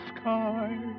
sky